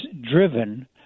driven